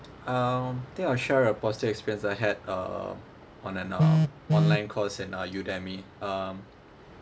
um think I'll share a positive experience I had uh on an uh online course in uh Udemy um